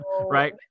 right